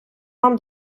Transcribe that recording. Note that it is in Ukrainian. вам